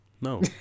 No